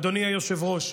אדוני היושב-ראש,